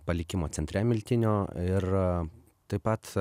palikimo centre miltinio ir taip pat